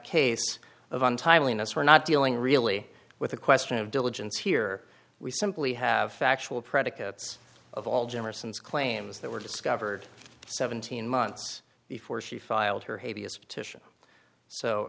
case of an timeliness we're not dealing really with a question of diligence here we simply have factual predicates of all generous and claims that were discovered seventeen months before she filed her havey as titian so